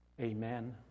Amen